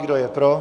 Kdo je pro?